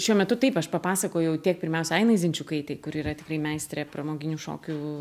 šiuo metu taip aš papasakojau tiek pirmiausia ainai zinčiukaitei kuri yra tikrai meistrė pramoginių šokių